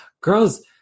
girls